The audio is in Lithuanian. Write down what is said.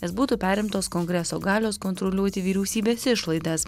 nes būtų perimtos kongreso galios kontroliuoti vyriausybės išlaidas